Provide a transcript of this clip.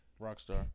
Rockstar